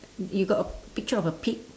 you got a picture of a pig